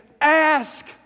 ask